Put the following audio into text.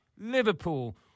Liverpool